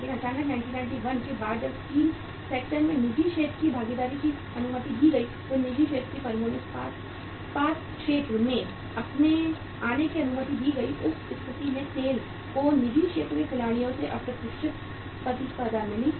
लेकिन अचानक 1991 के बाद जब स्टील सेक्टर में निजी क्षेत्र की भागीदारी की अनुमति दी गई तो निजी क्षेत्र की फर्मों को इस्पात क्षेत्र में आने की अनुमति दी गई उस स्थिति में सेल को निजी क्षेत्र के खिलाड़ियों से अप्रत्याशित प्रतिस्पर्धा मिली